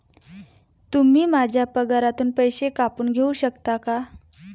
तुम्ही माझ्या पगारातून पैसे कापून घेऊ शकता का?